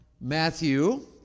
Matthew